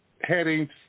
headings